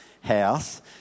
house